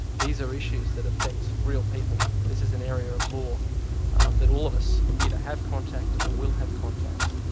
these are issues that affect real people, this is an area of law that all of us either have contact or will have contact.